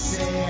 Say